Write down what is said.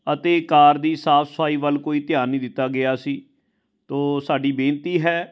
ਅਤੇ ਕਾਰ ਦੀ ਸਾਫ਼ ਸਫ਼ਾਈ ਵੱਲ ਕੋਈ ਧਿਆਨ ਨਹੀਂ ਦਿੱਤਾ ਗਿਆ ਸੀ ਤਾਂ ਸਾਡੀ ਬੇਨਤੀ ਹੈ